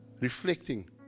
reflecting